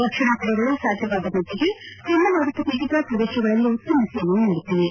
ರಕ್ಷಣಾಪಡೆಗಳು ಸಾಧ್ಯವಾದ ಮಟ್ಟಿಗೆ ಚಂಡಮಾರುತ ಪೀಡಿತ ಪ್ರದೇಶಗಳಲ್ಲಿ ಉತ್ತಮ ಸೇವೆ ನೀಡುತ್ತಿವೆ